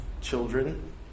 children